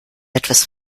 etwas